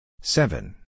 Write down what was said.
seven